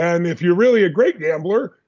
and if you're really a great gambler,